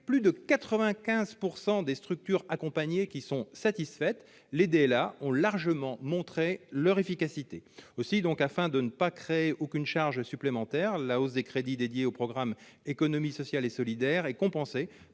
Avec plus de 95 % des structures accompagnées satisfaites, les DLA ont largement montré leur efficacité. Afin de ne créer aucune charge supplémentaire, la hausse des crédits dédiés au programme « Économie sociale et solidaire » est compensée